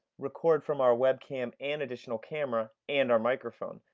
record from our webcam and additional camera and our microphone,